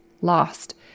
lost